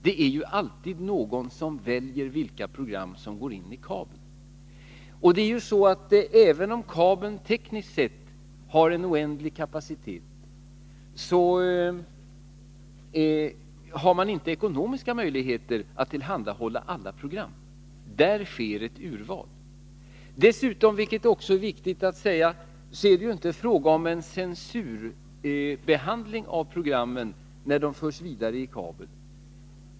Det är ju alltid någon som väljer vilka program som går in i kabeln. Även om kabeln tekniskt sett har en oändlig kapacitet har man inte ekonomiska möjligheter att tillhandahålla alla program. Där sker ett urval. Dessutom — det är också viktigt att säga — är det inte fråga om en censurbehandling av programmen när de förs vidare i kabeln.